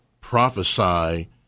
prophesy